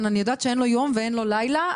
אני יודעת שאין לו יום ואין לו לילה.